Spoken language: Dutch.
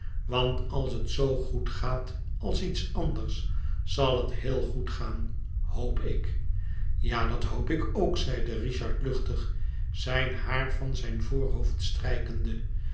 want als het zoo goed gaat als iets anders zal het heel goed gaan hoop ik ja dat hoop ik ook zeide richard luchtig zijn haar van zijn voorhoofd strijkende